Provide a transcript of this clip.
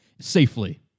safely